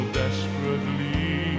desperately